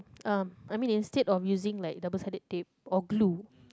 um I mean instead of using like double sided tape or glue